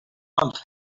month